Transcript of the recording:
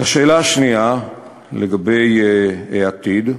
2. לגבי העתיד,